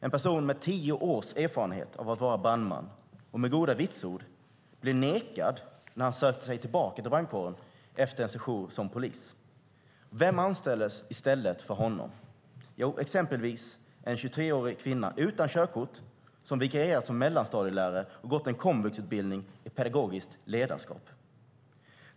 En person med tio års erfarenhet av att vara brandman och med goda vitsord blev nekad när han sökte sig tillbaka till brandkåren efter en sejour som polis. Vem anställdes i stället för honom? Jo, exempelvis en 23-årig kvinna utan körkort som vikarierat som mellanstadielärare och gått en komvuxutbildning i pedagogiskt ledarskap.